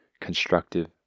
constructive